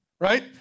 right